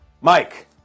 Mike